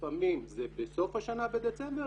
לפעמים זה בסוף השנה בדצמבר,